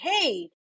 hey